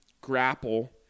grapple